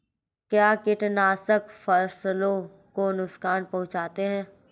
क्या कीटनाशक फसलों को नुकसान पहुँचाते हैं?